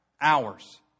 Hours